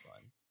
fun